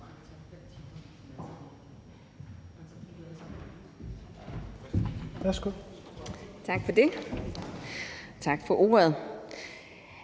til det her. Tak for ordet.